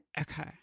okay